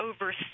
oversee